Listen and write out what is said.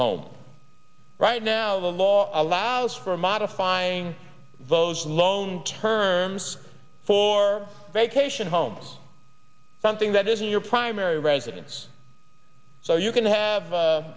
home right now the law allows for modifying those loan terms for vacation homes something that is your primary residence so you can have a